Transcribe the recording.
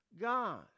God